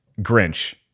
Grinch